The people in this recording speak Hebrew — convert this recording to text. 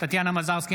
טטיאנה מזרסקי,